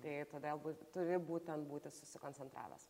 tai todėl nūt turi būtent būti susikoncentravęs